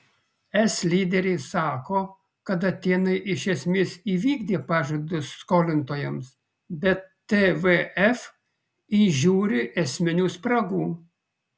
es lyderiai sako kad atėnai iš esmės įvykdė pažadus skolintojams bet tvf įžiūri esminių spragų